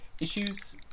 issues